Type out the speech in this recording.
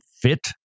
fit